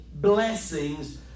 blessings